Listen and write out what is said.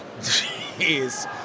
Jeez